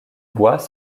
bois